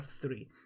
three